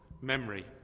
memory